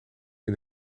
een